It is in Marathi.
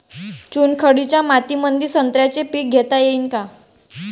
चुनखडीच्या मातीमंदी संत्र्याचे पीक घेता येईन का?